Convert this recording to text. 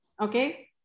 Okay